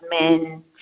men